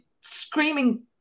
screaming